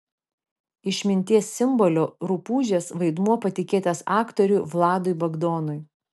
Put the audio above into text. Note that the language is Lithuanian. išminties simbolio rupūžės vaidmuo patikėtas aktoriui vladui bagdonui